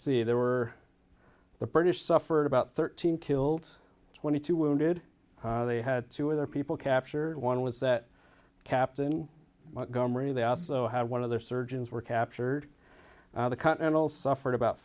c there were the british suffered about thirteen killed twenty two wounded they had two other people captured one was that captain gomery they also have one of their surgeons were captured the continental suffered about